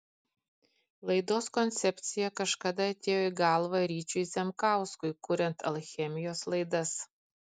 laidos koncepcija kažkada atėjo į galvą ryčiui zemkauskui kuriant alchemijos laidas